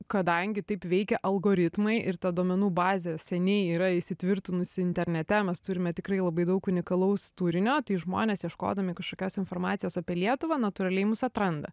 kadangi taip veikia algoritmai ir ta duomenų bazė seniai yra įsitvirtinusi internete mes turime tikrai labai daug unikalaus turinio tai žmonės ieškodami kažkokios informacijos apie lietuvą natūraliai mus atranda